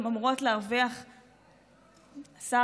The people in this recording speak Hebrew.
הן אמורות להרוויח השר,